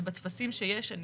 ובטפסים שיש אני